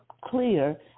clear